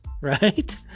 right